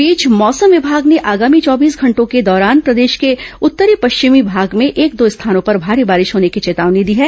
इस बीच मौसम विभाग ने आगामी चौबीस घंटों के दौरान प्रदेश के उत्तर पश्चिमी भाग में एक दो स्थानों पर भारी बारिश की चेतावनी दी है